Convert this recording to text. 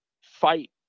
fight